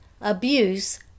abuse